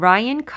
Ryan